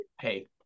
hey